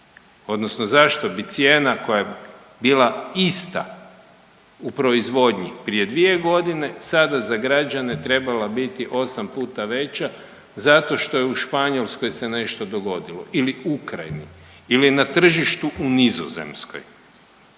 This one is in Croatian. Odnosno zašto bi cijena koja je bila ista u proizvodnji prije 2 godine sada za građane trebala biti 8 puta veća zato što je u Španjolskoj se nešto dogodilo ili Ukrajini ili na tržištu u Nizozemskoj.